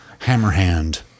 Hammerhand